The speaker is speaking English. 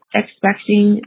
expecting